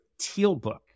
Tealbook